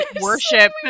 worship